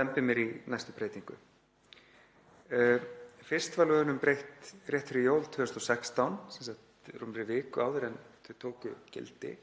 dembi mér í næstu breytingu. Fyrst var lögunum breytt rétt fyrir jól 2016, sem sagt rúmri viku áður en þau tóku gildi.